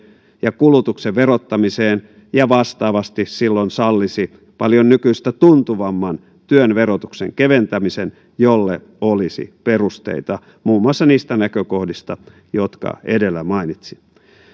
ja kulutuksen verottamiseen ja vastaavasti silloin sallisi paljon nykyistä tuntuvamman työn verotuksen keventämisen jolle olisi perusteita muun muassa niistä näkökohdista jotka edellä mainitsin